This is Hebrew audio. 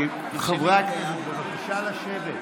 בבקשה לשבת.